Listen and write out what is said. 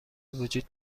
وجود